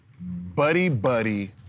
Buddy-buddy